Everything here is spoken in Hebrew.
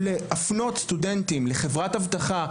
להפנות סטודנטים לחברת אבטחה,